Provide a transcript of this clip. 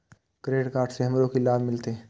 Credit card से हमरो की लाभ मिलते?